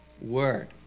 Word